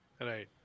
right